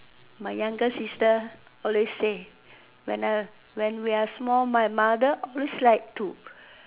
my younger sister always say when the when we are small my mother always like to